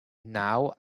now